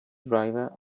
driver